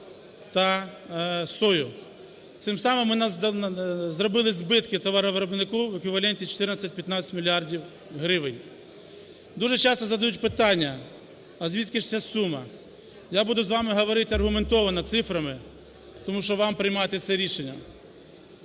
та сою. Цим самим ми зробили збитки товаровиробнику в еквіваленті 14-15 мільярдів гривень. Дуже часто задають питання: а звідки ж ця сума? Я буду з вами говорити аргументовано, цифрами, тому що вам приймати це рішення.